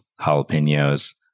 jalapenos